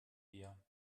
wir